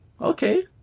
okay